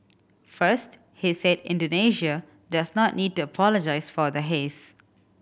first he said Indonesia does not need to apologise for the haze